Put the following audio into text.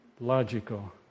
logical